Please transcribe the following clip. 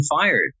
fired